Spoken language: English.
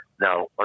Now